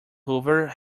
hoover